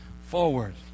Forward